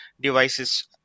devices